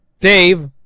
Dave